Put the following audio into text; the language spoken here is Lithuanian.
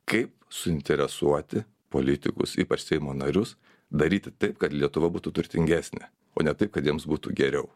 kaip suinteresuoti politikus ypač seimo narius daryti taip kad lietuva būtų turtingesnė o ne taip kad jiems būtų geriau